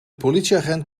politieagent